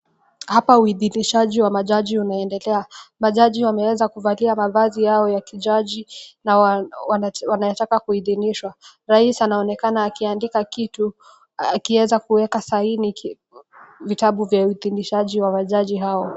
Hapa uthibitishaji wa majaji unaendelea. Majaji wameweza kuvalia mavazi yao ya kijaji na wanataka kuithimishwa. Rais anaonekana akiandika kitu akiweza kuweka saini vitabu vya uthimishaji wa jaji hao.